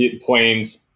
planes